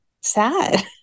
sad